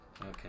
Okay